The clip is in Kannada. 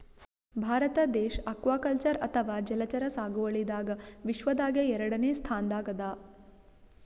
ಭಾರತ ದೇಶ್ ಅಕ್ವಾಕಲ್ಚರ್ ಅಥವಾ ಜಲಚರ ಸಾಗುವಳಿದಾಗ್ ವಿಶ್ವದಾಗೆ ಎರಡನೇ ಸ್ತಾನ್ದಾಗ್ ಅದಾ